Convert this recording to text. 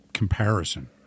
Comparison